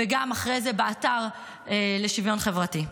וגם אחרי זה באתר לשוויון חברתי.